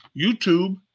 YouTube